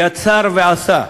יצר ועשה,